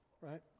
Right